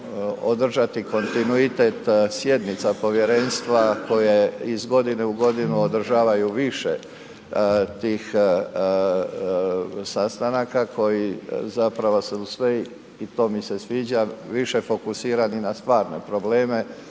održati kontinuitet sjednica povjerenstva koje iz godine u godinu održavaju više tih sastanaka koji zapravo su sve i to mi se sviđa više fokusirani na stvarne probleme,